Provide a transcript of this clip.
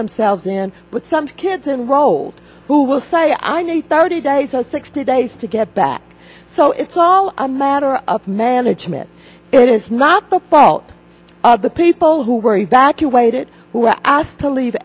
themselves in with some kids in road who will say i need thirty days or sixty days to get back so it's all a matter of management it is not the fault of the people who were evacuated who were asked to leave